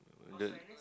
the